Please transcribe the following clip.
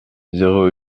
zéro